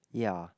ya